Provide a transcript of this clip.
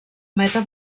meta